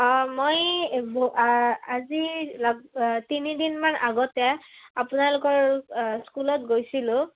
অঁ মই আজি তিনিদিনমান আগতে আপোনালোকৰ স্কুলত গৈছিলোঁ